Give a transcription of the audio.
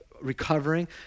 recovering